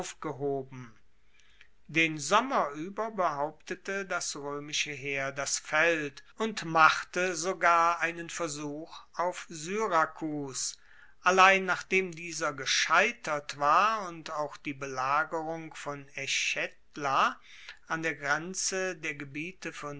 aufgehoben den sommer ueber behauptete das roemische heer das feld und machte sogar einen versuch auf syrakus allein nachdem dieser gescheitert war und auch die belagerung von echetla an der grenze der